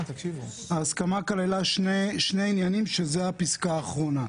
ההסכמה כללה שני עניינים שזו הפיסקה האחרונה.